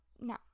No